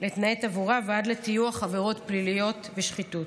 ותנאי תברואה ועד לטיוח עבירות פליליות ושחיתות.